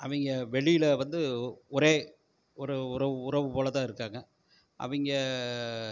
அவங்க வெளியில் வந்து ஒரே ஒரு உறவு உறவு போல் தான் இருக்காங்க அவங்க